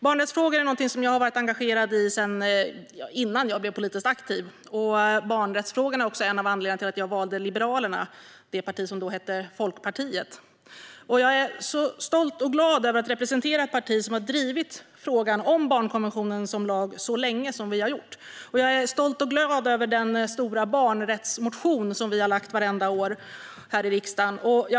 Barnrättsfrågor är någonting som jag har varit engagerad i sedan innan jag blev politiskt aktiv. Barnrättsfrågorna är också en av anledningarna till att jag valde Liberalerna, som då hette Folkpartiet. Jag är stolt och glad över att representera ett parti som har drivit frågan om barnkonventionen som lag så länge som vi har gjort, och jag är stolt och glad över den stora barnrättsmotion som vi har lagt fram här i riksdagen vartenda år.